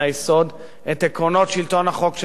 את עקרונות שלטון החוק של מדינת ישראל.